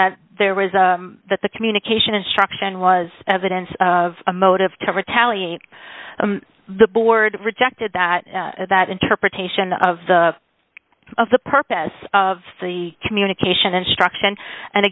that there was a that the communication instruction was evidence of a motive to retaliate the board rejected that that interpretation of the of the purpose of the communication instruction and